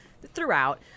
throughout